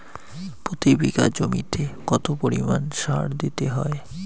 প্রতি বিঘা জমিতে কত পরিমাণ সার দিতে হয়?